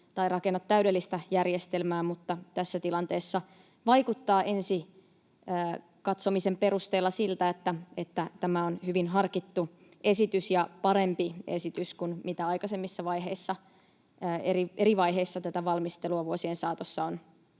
tai rakenna täydellistä järjestelmää, mutta tässä tilanteessa vaikuttaa ensi katsomisen perusteella siltä, että tämä on hyvin harkittu esitys ja parempi esitys kuin mitä aikaisemmissa eri vaiheissa tätä valmistelua vuosien saatossa on